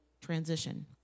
transition